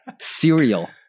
cereal